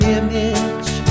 image